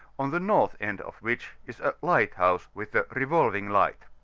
on the north end of which is a lighthouse, with a revolving light.